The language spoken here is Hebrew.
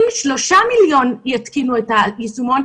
אם 3 מיליון יתקינו את היישומון,